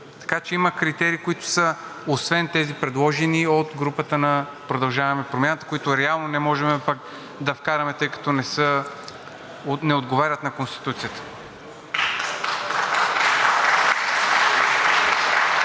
Така че има критерии, които освен тези, предложени от групата на „Продължаваме Промяната“, които реално не можем да вкараме, тъй като не отговарят на Конституцията.